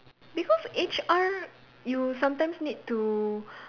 because H_R you sometimes need to